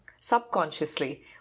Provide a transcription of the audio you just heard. subconsciously